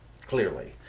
clearly